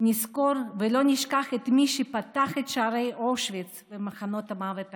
נזכור ולא נשכח את מי שפתח שערי אושוויץ ומחנות המוות האחרים.